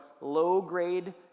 low-grade